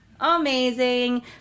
Amazing